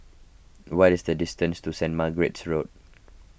what is the distance to Saint Margaret's Road